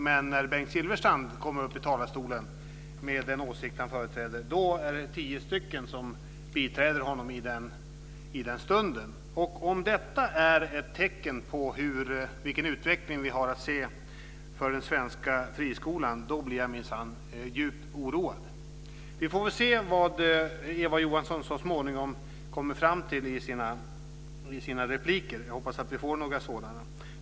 Men när Bengt Silfverstrand kommer upp i talarstolen med den åsikt han företräder är det tio personer som biträder honom i den stunden. Om detta är ett tecken på vilken utveckling vi har se fram emot för den svenska friskolan blir jag minsann djupt oroad. Vi får väl se vad Eva Johansson så småningom kommer fram till i sina repliker. Jag hoppas att vi får några sådan.